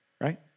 right